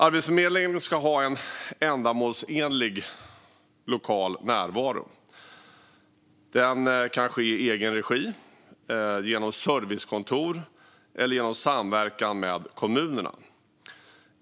Arbetsförmedlingen ska ha en ändamålsenlig lokal närvaro - i egen regi, genom servicekontor eller genom samverkan med kommunerna.